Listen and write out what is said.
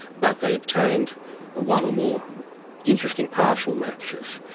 but they obtained one or more interesting partial matches.